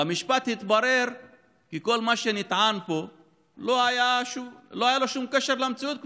ובמשפט התברר כי לכל מה שנטען פה לא היה שום קשר למציאות,